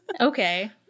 Okay